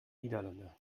niederlande